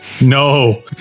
No